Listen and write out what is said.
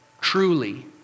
truly